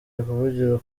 bavugira